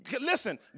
listen